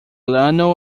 llano